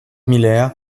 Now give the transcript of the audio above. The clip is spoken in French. miller